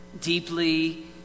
deeply